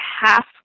half